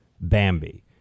Bambi